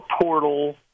portal –